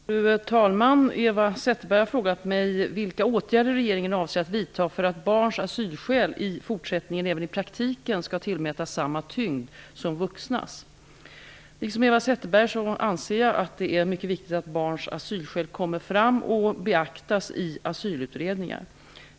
Fru talman! Eva Zetterberg har frågat mig vilka åtgärder regeringen avser att vidta för att barns asylskäl i fortsättningen även i praktiken skall tillmätas samma tyngd som vuxnas. Liksom Eva Zetterberg anser jag att det är mycket viktigt att barns asylskäl kommer fram och beaktas i asylutredningar.